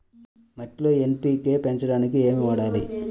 మట్టిలో ఎన్.పీ.కే పెంచడానికి ఏమి వాడాలి?